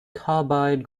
carbide